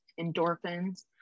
endorphins